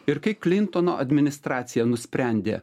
ir kai klintono administracija nusprendė